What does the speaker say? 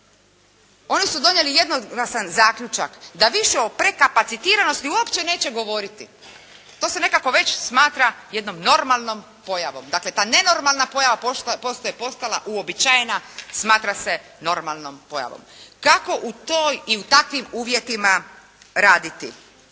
oni su donijeli jednoglasan zaključak da više o prekapacitiranosti uopće neće govoriti. To se nekako već smatra jednom normalnom pojavom. Dakle, ta nenormalna pojava pošto je postala uobičajena smatra se normalnom pojavom. Kako u toj i u takvim uvjetima raditi?